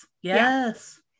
Yes